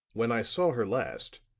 when i saw her last,